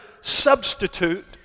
substitute